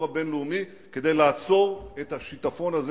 הבין-לאומי כדי לעצור את השיטפון הזה,